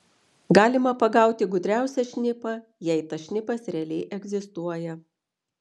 galima pagauti gudriausią šnipą jei tas šnipas realiai egzistuoja